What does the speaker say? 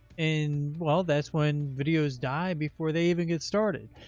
and well, that's when videos die before they even get started.